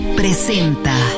presenta